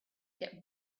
get